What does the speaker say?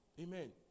Amen